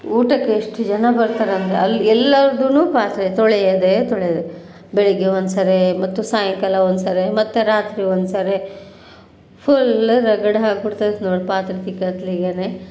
ಊಟಕ್ಕೆ ಎಷ್ಟು ಜನ ಬರ್ತಾರಂದ್ರೆ ಅಲ್ಲಿ ಎಲ್ಲದೂ ಪಾತ್ರೆ ತೊಳೆಯದೇ ತೊಳೆಯೋದು ಬೆಳಗ್ಗೆ ಒಂದ್ಸರಿ ಮತ್ತು ಸಾಯಂಕಾಲ ಒಂದ್ಸರಿ ಮತ್ತೆ ರಾತ್ರಿ ಒಂದ್ಸರಿ ಫುಲ್ ರಗಡ್ ಆಗ್ಬಿಡ್ತೈತಿ ನೋಡಿ ಪಾತ್ರೆ ತಿಕ್ಕೋತ್ತಿಗೆನೆ